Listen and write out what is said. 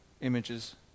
images